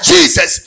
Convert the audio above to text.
Jesus